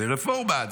זו רפורמה,